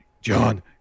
John